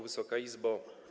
Wysoka Izbo!